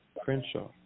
Crenshaw